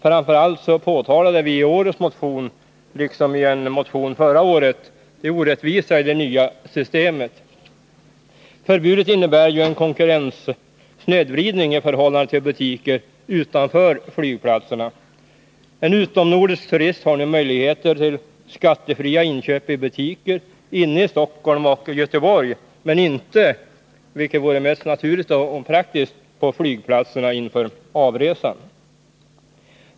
Framför allt påtalade vi i årets motion liksom i en motion förra året det orättvisa i det nya systemet. Förbudet innebär ju en konkurrenssnedvridning i förhållande till butiker utanför flygplatserna. En utomnordisk turist har nu möjligheter till skattefria inköp i butiker inne i Stockholm och Göteborg men inte, vilket vore mest naturligt och praktiskt, på flygplatserna inför avresan.